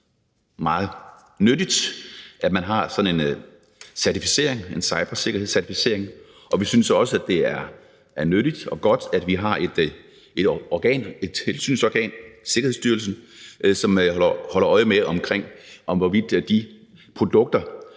meget nyttigt, at man har sådan en certificering, en cybersikkerhedscertificering, og vi synes også, at det er nyttigt og godt, at vi har et tilsynsorgan, Sikkerhedsstyrelsen, som holder øje med, hvorvidt de IKT-produkter,